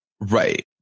Right